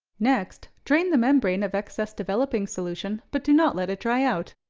next, drain the membrane of excess developing solution, but do not let it dry out.